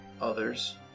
Others